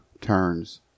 turns